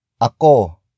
Ako